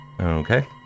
Okay